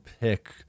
pick